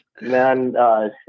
man